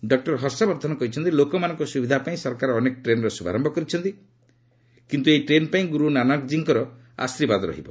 doctor Harshvardhan କହିଛନ୍ତି ଲୋକମାନଙ୍କ ସୁବିଧା ପାଇଁ ସରକାର ଅନେକ ଟ୍ରେନ୍ର ଶୁଭାରମ୍ଭ କରିଛନ୍ତି କିନ୍ତୁ ଏହି ଟ୍ରେନ୍ ପାଇଁ ଗୁରୁ ନାନାକଜୀଙ୍କର ଆଶୀର୍ବାଦ ରହିବ